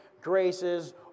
graces